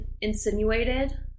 insinuated